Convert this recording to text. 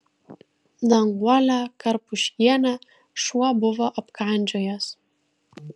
danguolę karpuškienę šuo buvo apkandžiojęs